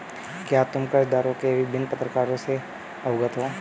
क्या तुम कर्जदारों के विभिन्न प्रकारों से अवगत हो?